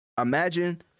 imagine